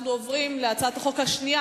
אנחנו עוברים להצעת החוק השנייה,